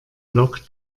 log